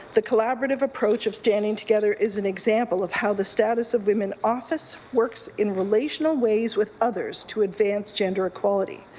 the collaborative approach of standing together is an example of how the status of women office works in relational ways with others to advance gender equality.